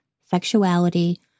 Sexuality